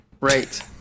Right